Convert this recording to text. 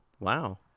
Wow